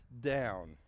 down